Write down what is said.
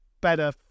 better